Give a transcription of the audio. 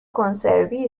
کنسروی